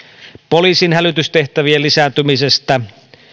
poliisin hälytystehtävien lisääntymisestä että